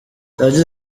yagize